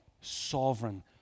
sovereign